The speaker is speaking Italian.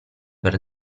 per